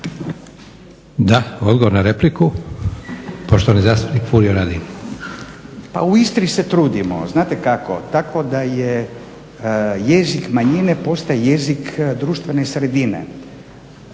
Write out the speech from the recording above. Da, odgovor na repliku, poštovani zastupnik Furio Radin. **Radin, Furio (Nezavisni)** Pa u Istri se trudimo, znate kako? Tako da je jezik manjine postaje jezik društvene sredine.